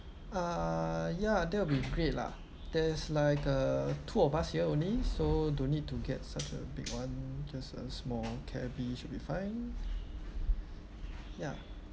uh ya that will be great lah there's like uh two of us here only so don't need to get such a big one just a small cabby should be fine ya